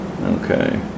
Okay